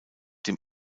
dem